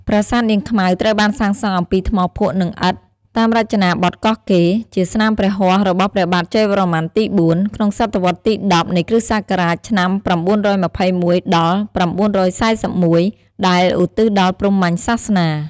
ប្រាសាទនាងខ្មៅត្រូវបានសាងសង់អំពីថ្មភក់ និងឥដ្ឋ តាមរចនាបទកោះកេ ជាស្នាព្រះហស្តរបស់ព្រះបាទជ័យវរ្ម័នទី ៤ ក្នុងសតវត្សរ៍ទី ១០ នៃគ្រិស្តសករាជ ឆ្នាំ ៩២១ ដល់ ៩៤១ ដែលឧទ្ទិសដល់ព្រហ្មញសាសនា ។